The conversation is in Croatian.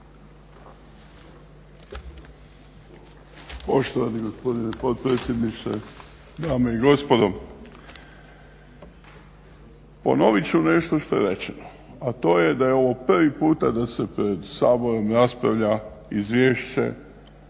Poštovani gospodine potpredsjedniče, dame i gospodo. Ponovit ću nešto već rečeno a to je da je ovo prvi puta da se pred Saborom raspravlja izvješće